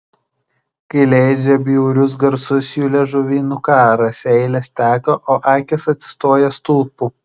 kai leidžia bjaurius garsus jų liežuviai nukąrą seilės teka o akys atsistoja stulpu